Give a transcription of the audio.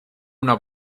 una